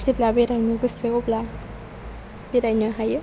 जेब्ला बेरायनो गोसो अब्लानो बेरायनो हायो